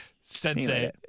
Sensei